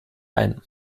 einen